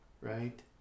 right